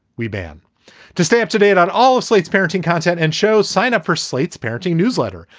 we ban to stay up to date on all of slate's parenting content and show sign up for slate's parenting newsletter.